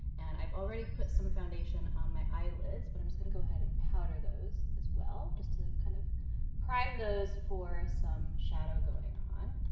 and i've already put some foundation on my eyelids, but i'm just gonna go ahead and powder those as well, just to kind of prime those for some shadow going on,